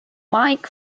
mike